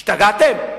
השתגעתם?